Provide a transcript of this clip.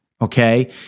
Okay